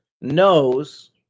knows